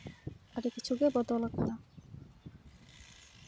ᱟᱹᱰᱤ ᱠᱤᱪᱷᱩ ᱜᱮ ᱵᱚᱫᱚᱞᱟᱠᱟᱱᱟ